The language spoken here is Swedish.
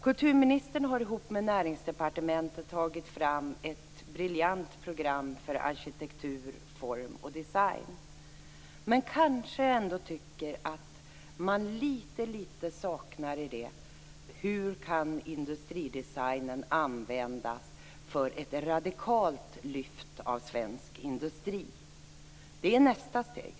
Kulturministern har ihop med Näringsdepartementet tagit fram ett briljant program för arkitektur, form och design, men jag tycker kanske ändå att där saknas en diskussion kring hur industridesignen kan användas för ett radikalt lyft av svensk industri. Det är nästa steg.